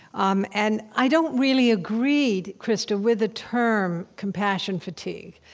um and i don't really agree, krista, with the term compassion fatigue.